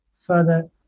further